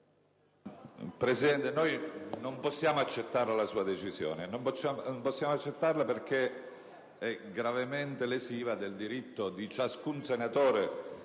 Presidente, noi non possiamo accettare la sua decisione, e non possiamo farlo perché è gravemente lesiva del diritto di ciascun senatore,